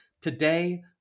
Today